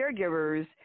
Caregivers